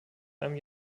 einem